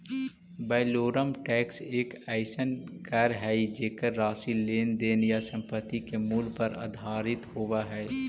valorem tax एक अइसन कर हइ जेकर राशि लेन देन या संपत्ति के मूल्य पर आधारित होव हइ